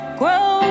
grow